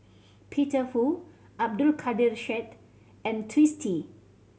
Peter Fu Abdul Kadir Syed and Twisstii